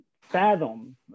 fathom